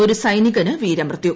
ഒരു സൈനികന് വീരമൃത്യു